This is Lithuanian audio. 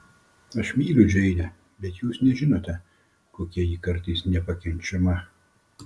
aš myliu džeinę bet jūs nežinote kokia ji kartais nepakenčiama